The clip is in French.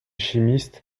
chimiste